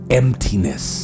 emptiness